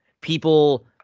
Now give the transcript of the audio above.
people